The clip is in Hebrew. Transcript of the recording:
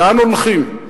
לאן הולכים.